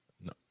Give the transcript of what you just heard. No